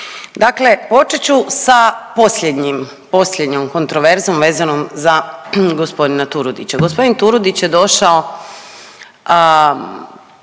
Dakle, počet ću sa posljednjim, posljednjom kontroverzom vezanom za gospodina Turudića.